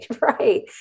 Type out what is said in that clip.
right